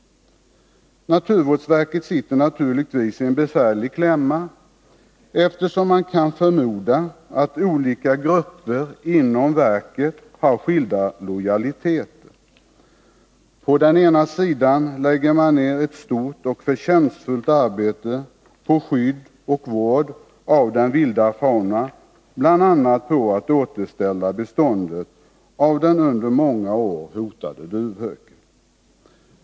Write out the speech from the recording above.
Naturvårdsverket sitter givetvis i en besvärlig klämma, eftersom man kan förmoda att olika grupper inom verket har skilda lojaliteter. På den ena sidan lägger man ner ett stort och förtjänstfullt arbete på skydd och vård av den vilda faunan, bl.a. på att återställa beståndet av den under många år hotade duvhöken.